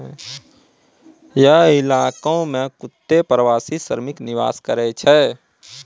हय इलाको म कत्ते प्रवासी श्रमिक निवास करै छै